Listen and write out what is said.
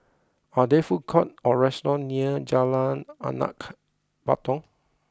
are there food courts or restaurants near Jalan Anak Patong